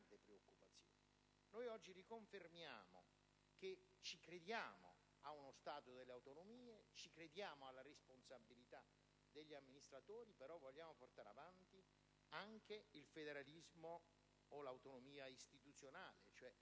Oggi riconfermiamo che crediamo ad uno Stato delle autonomie, alla responsabilità degli amministratori, però vogliamo portare avanti anche il federalismo, o l'autonomia, istituzionale: